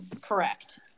Correct